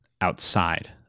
outside